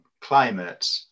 climate